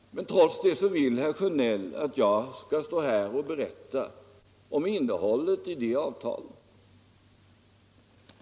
Men trots det vill herr Sjönell att jag skall stå här och berätta om innehållet i avtalen.